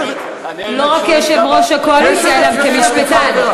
לא רק כיושב-ראש הקואליציה, אלא כמשפטן.